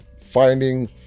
finding